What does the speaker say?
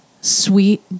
sweet